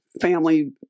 family